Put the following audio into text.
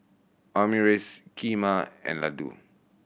Omurice Kheema and Ladoo